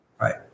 Right